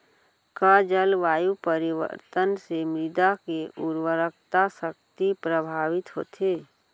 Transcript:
का जलवायु परिवर्तन से मृदा के उर्वरकता शक्ति प्रभावित होथे?